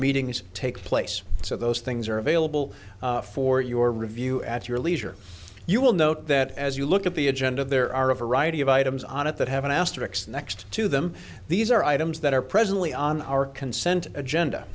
meetings take place so those things are available for your review at your leisure you will note that as you look at the agenda there are a variety of items on it that have an asterix next to them these are items that are presently on our consent agenda